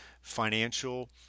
financial